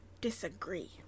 disagree